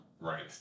right